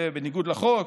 ובניגוד לחוק,